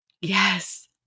yes